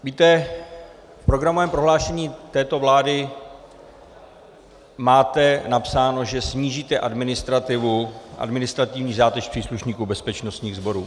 Víte, v programovém prohlášení této vlády máte napsáno, že snížíte administrativní zátěž příslušníků bezpečnostních sborů.